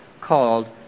called